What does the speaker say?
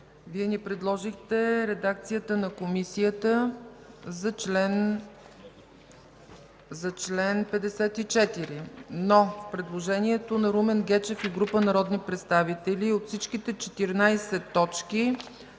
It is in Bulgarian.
Вие ни предложихте редакцията на Комисията за чл. 54, но в предложението на Румен Гечев и група народни представители от всичките 14 точки